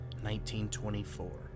1924